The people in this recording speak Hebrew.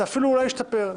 זה אפילו אולי השתפר.